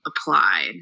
applied